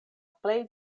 plej